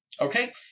Okay